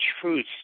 truth